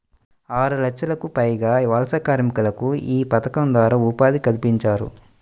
ఆరులక్షలకు పైగా వలస కార్మికులకు యీ పథకం ద్వారా ఉపాధి కల్పించారు